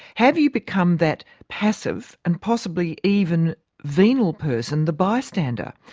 have you become that passive and possibly even venal person, the bystander?